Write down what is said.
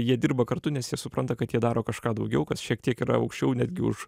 jie dirba kartu nes jie supranta kad jie daro kažką daugiau kas šiek tiek yra aukščiau netgi už